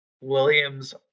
Williams